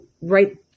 Right